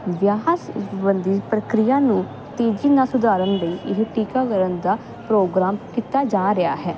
ਵਿਆਹ ਸਬੰਧੀ ਪ੍ਰਕਰਿਆ ਨੂੰ ਤੇਜ਼ੀ ਨਾਲ ਸੁਧਾਰਨ ਲਈ ਇਹ ਟੀਕਾਕਰਨ ਦਾ ਪ੍ਰੋਗਰਾਮ ਕੀਤਾ ਜਾ ਰਿਹਾ ਹੈ